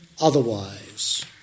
otherwise